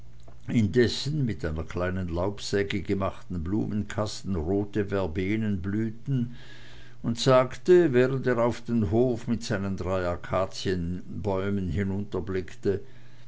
dessen mit einer kleinen laubsäge gemachten blumenkasten rote verbenen blühten und sagte während er auf den hof mit seinen drei akazienbäumen